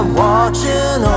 watching